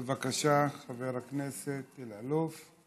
בבקשה, חבר הכנסת אלאלוף.